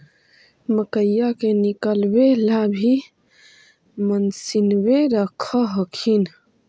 मकईया के निकलबे ला भी तो मसिनबे रख हखिन?